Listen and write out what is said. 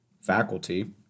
faculty